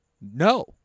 no